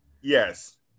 yes